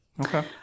Okay